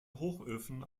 hochöfen